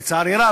לצערי הרב,